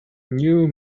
new